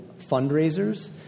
fundraisers